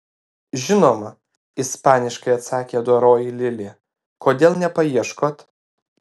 žinoma ispaniškai atsakė doroji lilė kodėl nepaieškot